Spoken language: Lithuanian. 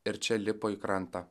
ir čia lipo į krantą